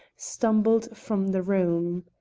stumbled from the room.